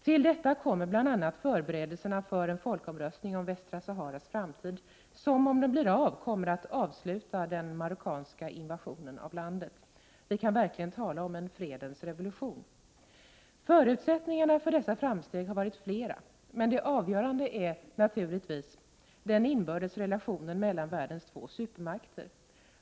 Till detta kommer bl.a. förberedelserna för en folkomröstning om Västra Saharas framtid, som om den blir av kommer att Förutsättningarna för dessa framsteg har varit flera, men det avgörande är naturligtvis den inbördes relationen mellan världens två supermakter.